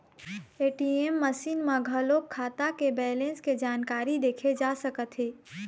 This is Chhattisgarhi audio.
ए.टी.एम मसीन म घलोक खाता के बेलेंस के जानकारी देखे जा सकत हे